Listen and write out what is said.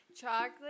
chocolate